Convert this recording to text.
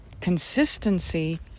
consistency